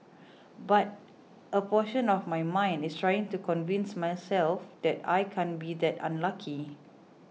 but a portion of my mind is trying to convince myself that I can't be that unlucky